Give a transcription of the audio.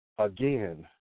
Again